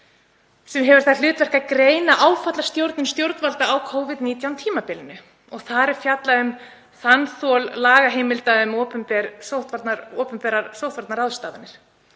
sem hefur það hlutverk að greina áfallastjórnun stjórnvalda á Covid-19 tímabilinu. Það er fjallað um þanþol lagaheimilda um opinberar sóttvarnaráðstafanir